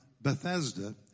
Bethesda